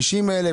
50,000,